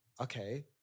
okay